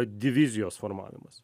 divizijos formavimas